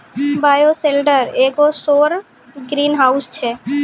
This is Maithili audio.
बायोसेल्टर एगो सौर ग्रीनहाउस छै